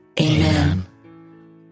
Amen